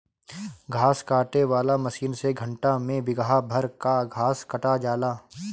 घास काटे वाला मशीन से घंटा में बिगहा भर कअ घास कटा जाला